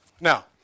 Now